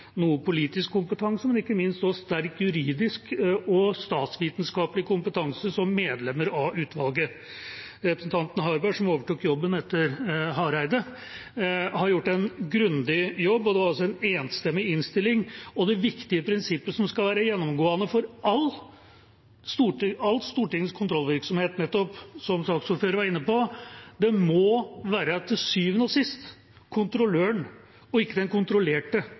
noe politisk kompetanse og ikke minst sterk juridisk og statsvitenskapelig kompetanse, som medlemmer av utvalget har. Representanten Harberg, som overtok jobben etter Hareide, har gjort en grundig jobb. Det var en enstemmig innstilling. Det viktige prinsippet som skal være gjennomgående for hele Stortingets kontrollvirksomhet, som saksordføreren var inne på, er: Det må til sjuende og sist være kontrolløren og ikke den kontrollerte